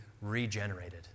regenerated